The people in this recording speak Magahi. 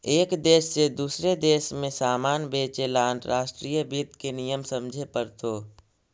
एक देश से दूसरे देश में सामान बेचे ला अंतर्राष्ट्रीय वित्त के नियम समझे पड़तो